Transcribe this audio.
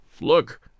Look